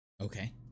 Okay